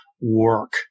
work